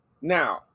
Now